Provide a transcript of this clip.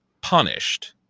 punished